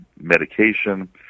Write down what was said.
medication